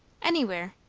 anywhere.